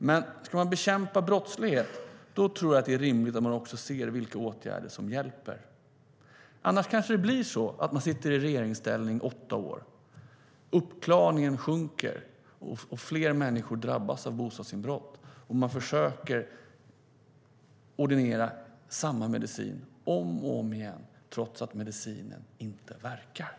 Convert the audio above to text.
Men om man ska bekämpa brottslighet är det rimligt att man också ser vilka åtgärder som hjälper, annars kanske det blir så att man sitter i regeringsställning i åtta år, uppklaringen minskar, fler människor drabbas av bostadsinbrott och man försöker ordinera samma medicin om och om igen trots att medicinen inte verkar.